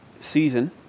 season